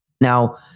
Now